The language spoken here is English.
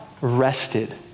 Rested